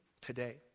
today